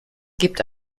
gibt